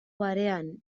barean